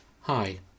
Hi